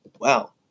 Wow